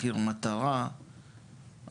מחיר מטרה,